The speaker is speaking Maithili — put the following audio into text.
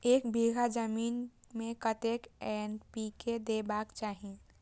एक बिघा जमीन में कतेक एन.पी.के देबाक चाही?